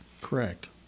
Correct